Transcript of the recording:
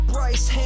Bryce